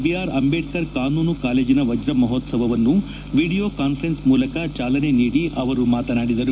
I R Ambedkar ಕಾನೂನು ಕಾಲೇಜನ ವಜ್ರಮಹೋತ್ಸವನ್ನು ವಿಡಿಯೋ ಕಾನ್ಫೆರೆನ್ಸ್ ಮೂಲಕ ಜಾಲನೆ ನೀಡಿ ಆವರು ಮಾತನಾಡಿದರು